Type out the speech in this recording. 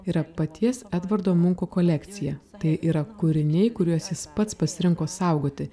yra paties edvardo munko kolekcija tai yra kūriniai kuriuos jis pats pasirinko saugoti